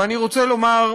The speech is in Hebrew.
ואני רוצה לומר,